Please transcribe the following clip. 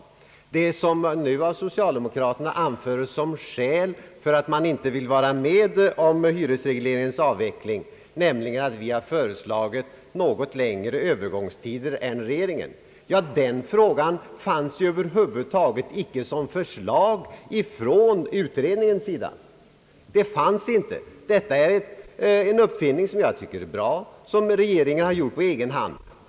Och det som nu av socialdemokraterna användes som skäl för att inte vilja vara med om hyresregleringens avveckling, nämligen att vi föreslagit något längre övergångstider än regeringen, fanns ju över huvud taget icke som förslag ifrån utredningens sida. Det är en uppfinning, som regeringen gjort på egen hand, och som jag tycker är bra.